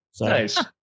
Nice